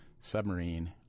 submarine